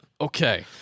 Okay